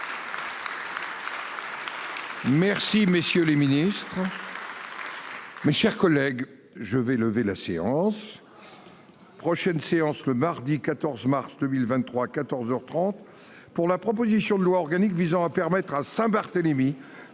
Merci messieurs les ministres.